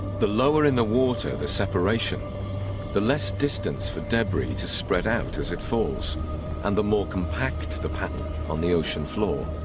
the lower in the water the separation the less distance for debris to spread out as it falls and the more compact the pattern on the ocean floor